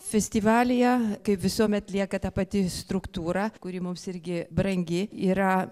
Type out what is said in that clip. festivalyje kaip visuomet lieka ta pati struktūra kuri mums irgi brangi yra